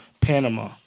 Panama